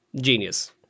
genius